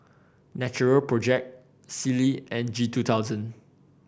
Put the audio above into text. Natural Project Sealy and G two thousand